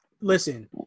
Listen